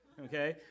Okay